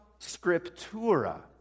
scriptura